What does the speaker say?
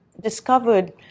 discovered